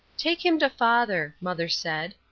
take him to father, mother said,